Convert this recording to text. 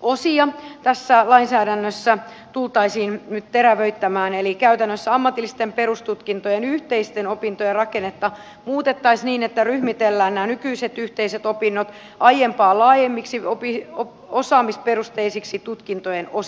osia tässä lainsäädännössä tultaisiin nyt terävöittämään eli käytännössä ammatillisten perustutkintojen yhteisten opintojen rakennetta muutettaisiin niin että ryhmitellään nämä nykyiset yhteiset opinnot aiempaa laajemmiksi osaamisperusteisiksi tutkintojen osiksi